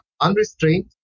Unrestrained